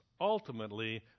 ultimately